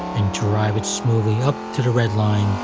and drive it smoothly up to the redline